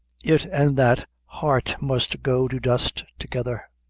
it an' that heart must go to dust together.